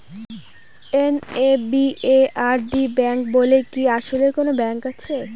NABARD bank বলে কি আসলেই কোনো ব্যাংক আছে?